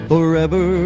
Forever